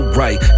right